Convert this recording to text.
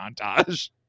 montage